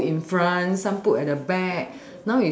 some put in front some put at the back